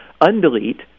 undelete